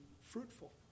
fruitful